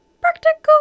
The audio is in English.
practical